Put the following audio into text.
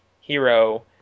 hero